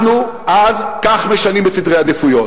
אנחנו, אז, כך משנים את סדרי העדיפויות.